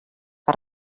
que